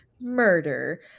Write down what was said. murder